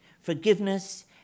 Forgiveness